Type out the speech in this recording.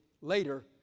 later